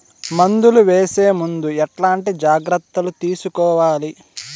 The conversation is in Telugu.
మందులు వేసే ముందు ఎట్లాంటి జాగ్రత్తలు తీసుకోవాలి?